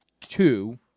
two